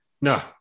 No